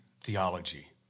theology